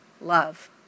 love